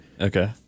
Okay